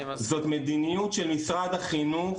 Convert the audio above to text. זאת מדיניות של משרד החינוך